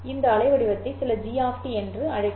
இந்த அலைவடிவத்தை சில g என்று அழைக்கவும்